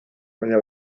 baina